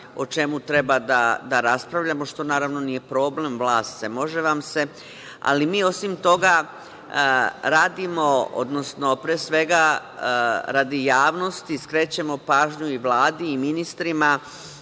o čemu treba da raspravljamo, što naravno nije problem, vlast ste, može vam se, ali mi, osim toga, radimo, odnosno, pre svega radi javnosti skrećemo pažnju i Vladi i ministrima